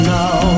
now